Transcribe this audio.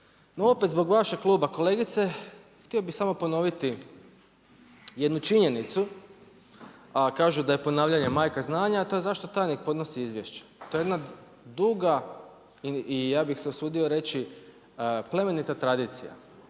No opet zbog vašeg kluba kolegice, htio bih samo ponoviti jednu činjenicu a kažu da je ponavljanje majka znanja a to je zašto tajnik podnosi izvješće. To je jedna duga i ja bih se usudio reći plemenita tradicija